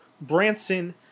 Branson